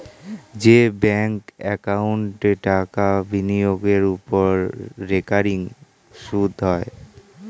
যে ব্যাঙ্ক একাউন্টে টাকা বিনিয়োগের ওপর রেকারিং সুদ হয়